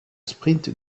sprint